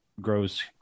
grows